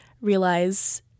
realize